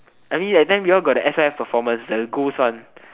I mean that time we all got the s_y_f performance the ghost one